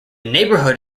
neighborhood